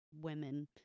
women